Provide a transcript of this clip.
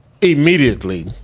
Immediately